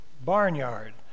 barnyard